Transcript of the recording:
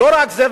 לא רק זה,